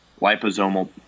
liposomal